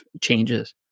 changes